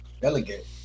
delegate